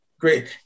great –